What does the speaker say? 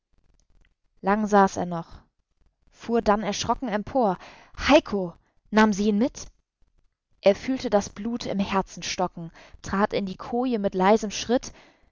lang saß er noch fuhr dann erschrocken empor heiko nahm sie ihn mit er fühlte das blut im herzen stocken trat in die koje mit leisem schritt